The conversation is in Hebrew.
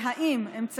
והאם,